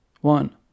One